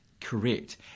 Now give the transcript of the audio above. Correct